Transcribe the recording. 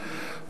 זאת אומרת,